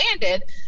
landed